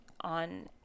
on